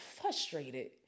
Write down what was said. frustrated